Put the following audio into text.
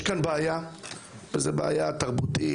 יש כאן בעיה וזו בעיה תרבותית,